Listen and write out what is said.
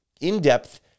in-depth